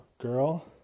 girl